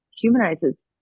humanizes